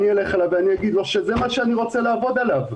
אלך אליו ואגיד לו שזה מה שאני רוצה לעבוד עליו.